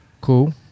Cool